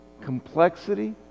complexity